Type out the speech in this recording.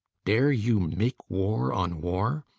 dare you make war on war?